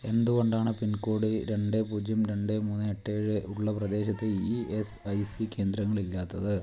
എന്തു കൊണ്ടാണ് പിൻകോഡ് രണ്ട് പൂജ്യം രണ്ട് മൂന്ന് എട്ട് ഏഴ് ഉള്ള പ്രദേശത്ത് ഇ എസ് ഐ സി കേന്ദ്രങ്ങൾ ഇല്ലാത്തത്